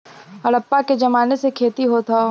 हड़प्पा के जमाने से खेती होत हौ